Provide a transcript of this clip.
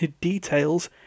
details